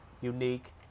unique